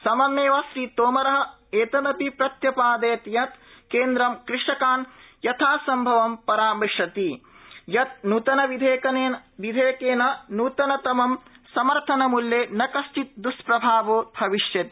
सममेव श्रीतोमरः एतदपि प्रत्यपादयत् यत् केन्द्रं कृषकान् यथासम्भवं परामृशति यत् नूतन विधेयकेन न्यूनतम समर्थन मूल्ये न कश्चित् द्वष्प्रभावो भविष्यति